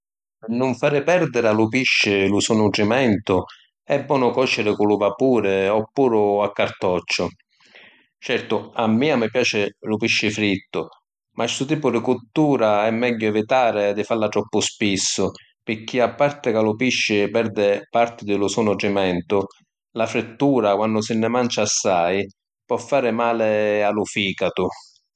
Pi nun fari perdiri a lu pisci li so’ nutrimentu è bonu còciri cu lu vapuri oppure a cartocciu. Certu, a mia mi piaci lu pisci frittu, ma stu tipu di cuttura è megghiu evitari di falla troppu spissu, pirchì a parti ca lu pisci perdi parti di lu so’ nutrimentu, la frittura quannu si nni mancia assai po’ fari mali a lu ficatu.